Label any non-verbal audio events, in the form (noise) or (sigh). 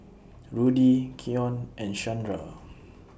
Rudy Keion and Shandra (noise)